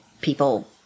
people